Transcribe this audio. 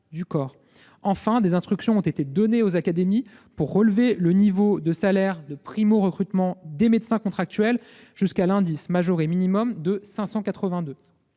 du corps. Enfin, des instructions ont été données aux académies afin de relever le niveau de salaire de primo-recrutement des médecins contractuels jusqu'à l'indice majoré minimum de 582.